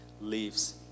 leaves